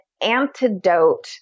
antidote